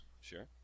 Sure